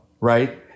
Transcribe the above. right